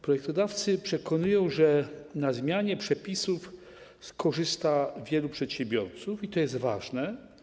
Projektodawcy przekonują, że na zmianie przepisów skorzysta wielu przedsiębiorców, i to jest ważne.